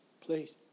please